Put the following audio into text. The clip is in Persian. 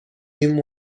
این